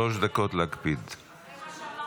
להקפיד על שלוש דקות.